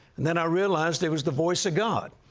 and then i realized it was the voice of god.